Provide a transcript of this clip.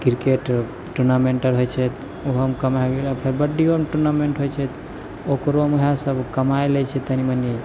cricket tournament आओर होइ छै ओहोमे कमाइ कबड्डिओमे टूर्नामेन्ट होइ छै ओकरोमे वएहसब कमै लै छै तनि मनि